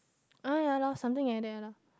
uh ya lah something like that lah